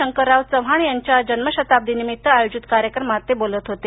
शंकरराव चव्हाण यांच्या जन्मशताब्दी निमित्त आयोजित कार्यक्रमात मुख्यमंत्री बोलत होते